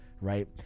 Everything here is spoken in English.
Right